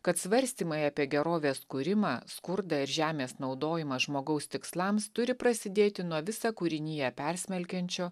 kad svarstymai apie gerovės kūrimą skurdą ir žemės naudojimą žmogaus tikslams turi prasidėti nuo visą kūriniją persmelkiančio